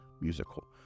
musical